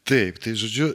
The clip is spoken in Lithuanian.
taip tai žodžiu